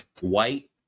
White